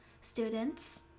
students